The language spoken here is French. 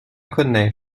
connais